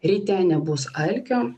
ryte nebus alkio